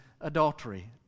adultery